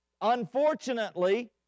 Unfortunately